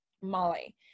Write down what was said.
Molly